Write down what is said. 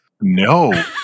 No